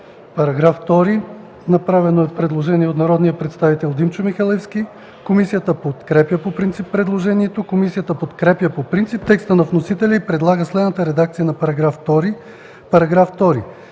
По § 2 е направено предложение от народния представител Димчо Михалевски. Комисията подкрепя по принцип предложението. Комисията подкрепя по принцип текста на вносителя и предлага следната редакция на § 2: „§ 2.